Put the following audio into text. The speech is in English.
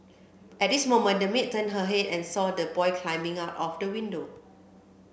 at this moment the maid turned her head and saw the boy climbing out of the window